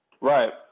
Right